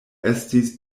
estis